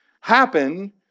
happen